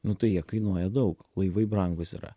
nu tai jie kainuoja daug laivai brangūs yra